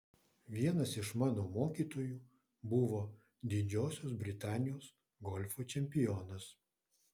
vienas iš mano mokytojų buvo didžiosios britanijos golfo čempionas